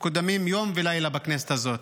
מקודמים יום ולילה בכנסת הזאת.